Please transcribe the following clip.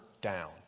down